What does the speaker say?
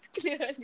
clearly